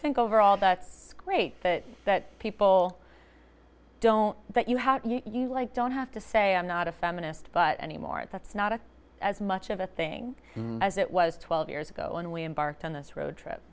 think overall that it's great that that people don't that you have you like don't have to say i'm not a feminist but anymore that's not a as much of a thing as it was twelve years ago when we embarked on this road trip